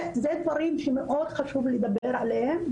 זה דברים שמאוד חשוב לי לדבר עליהם,